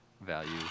value